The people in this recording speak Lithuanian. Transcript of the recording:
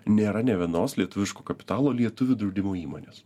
nėra nė vienos lietuviško kapitalo lietuvių draudimo įmonės